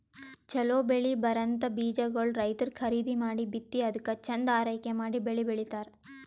ಛಲೋ ಬೆಳಿ ಬರಂಥ ಬೀಜಾಗೋಳ್ ರೈತರ್ ಖರೀದಿ ಮಾಡಿ ಬಿತ್ತಿ ಅದ್ಕ ಚಂದ್ ಆರೈಕೆ ಮಾಡಿ ಬೆಳಿ ಬೆಳಿತಾರ್